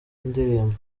ndirimbo